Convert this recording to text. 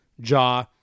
jaw